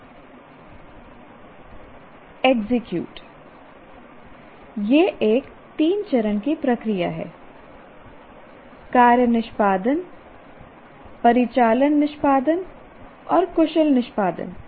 'execute यह एक 3 चरण की प्रक्रिया है कार्य निष्पादन परिचालन निष्पादन और कुशल निष्पादन